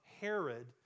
Herod